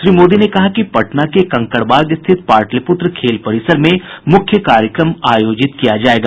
श्री मोदी ने कहा कि पटना के कंकड़बाग स्थित पाटलिपुत्र खेल परिसर में मूख्य कार्यक्रम आयोजित किया जायेगा